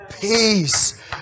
Peace